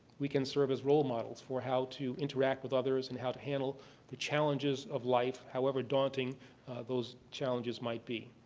we can serve as role models for how to interact with others and how to handle the challenges of life, however daunting those challenges might be.